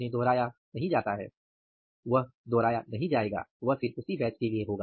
उन्हें दोहराया नहीं जाता है या दोहराया नहीं जा सकता है